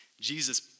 Jesus